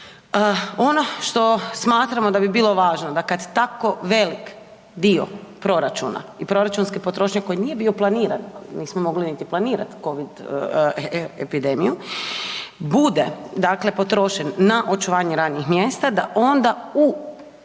Ono što smatramo da bi bilo važno da kad tako velik dio proračuna i proračunske potrošnje koji nije bio planiran, nismo mogli niti planirat covid epidemiju, bude dakle potrošen na očuvanje radnih mjesta da onda u